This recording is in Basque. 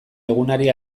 egunari